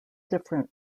different